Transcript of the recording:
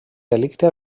delicte